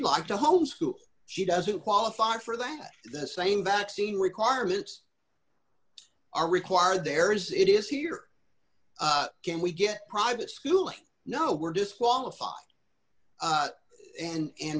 like to homeschool she doesn't qualify for that the same vaccine requirements are required there is it is here can we get private schooling no we're disqualified and